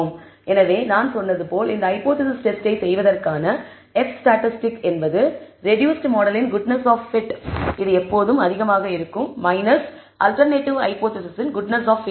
எனவே நான் சொன்னது போல் இந்த ஹைபோதேசிஸ் டெஸ்டை செய்வதற்கான F ஸ்டாட்டிஸ்டிக் என்பது ரெடூஸ்ட் மாடலின் குட்னஸ் ஆப் பிட் இது எப்போதும் அதிகமாக இருக்கும் அல்டெர்நேட்டிவ் ஹைபோதேசிஸின் குட்னஸ் ஆப் பிட் ஆகும்